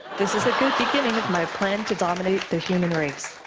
this is a good beginning of my plan to dominate the human race.